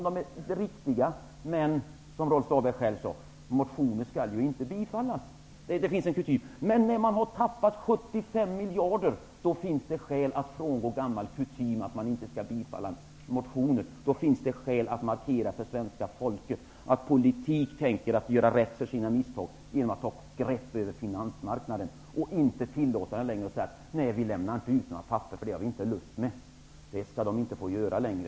De är riktiga, men -- som Rolf Dahlberg själv sade -- motioner skall inte bifallas. Det finns en kutym. Men när man har tappat 75 miljarder, finns det skäl att frångå gammal kutym att man inte skall bifalla motioner. Då finns det skäl att markera för svenska folket att politikerna tänker rätta sina misstag genom att ta ett grepp över finansmarknaden och inte tillåta bankerna att säga: vi lämnar inte ut några papper, för det har vi inte lust med. Det skall de inte få säga längre.